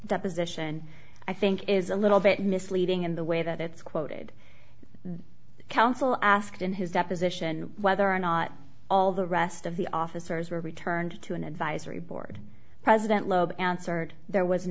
opposition i think is a little bit misleading in the way that it's quoted the counsel asked in his deposition whether or not all the rest of the officers were returned to an advisory board president loeb answered there was